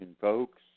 folks